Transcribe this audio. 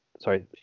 sorry